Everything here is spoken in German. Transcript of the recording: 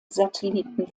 satelliten